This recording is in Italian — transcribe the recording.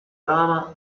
trama